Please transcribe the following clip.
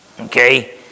Okay